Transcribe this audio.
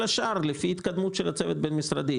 כל השאר - לפי ההתקדמות של הצוות הבין משרדי.